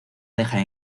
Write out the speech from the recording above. deja